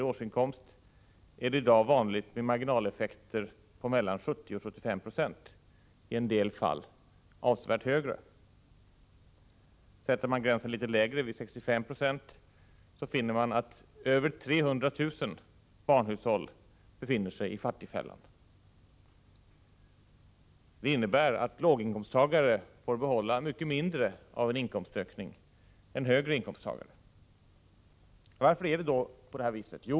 i årsinkomst är det i dag vanligt med marginaleffekter på mellan 70 och 75 26, i en del fall avsevärt högre. Om man sätter gränsen litet lägre, t.ex. vid 65 76, finner man att över 300 000 hushåll befinner sig i fattigfällan. Det innebär att låginkomsttagare får behålla mycket mindre av en inkomstökning än inkomsttagare med högre inkomster. Varför är det då så här?